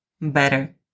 better